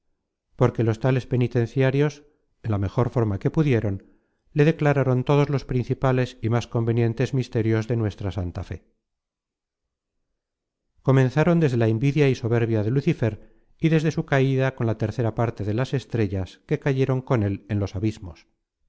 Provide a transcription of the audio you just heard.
porque los tales penitenciarios en la mejor forma que pudieron le declararon todos los principales y más convenientes misterios de nuestra santa fe comenzaron desde la invidia y soberbia de lucifer y desde su caida con la tercera parte de las estrellas que cayeron con él en los abismos